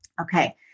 Okay